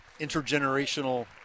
intergenerational